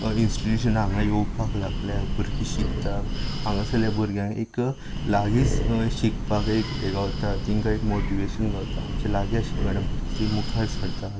इंस्टिट्यूशना हांगा येवपाक लागल्यात भुरगीं शिकतात हांगासरल्या भुरग्यांक एक लागींच शिकपाक एक हें गावता तेंका एक मोटिवेशन गावता आमचे लागीं आशिल्ले कारणान भुरगीं ती मुखार सरता